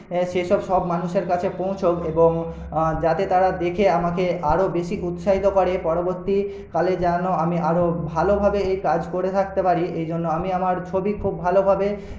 সে সব সব মানুষের কাছে পৌঁছোক এবং যাতে তারা দেখে আমাকে আরো বেশি উৎসাহিত করে পরবর্তীকালে যেন আমি আরও ভালোভাবে এই কাজ করে থাকতে পারি এই জন্য আমি আমার ছবি খুব ভালোভাবে